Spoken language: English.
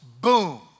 Boom